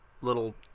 little